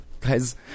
Guys